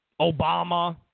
Obama